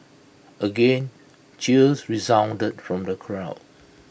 again cheers resounded from the crowd